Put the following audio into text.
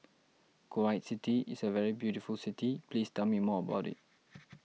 Kuwait City is a very beautiful city please tell me more about it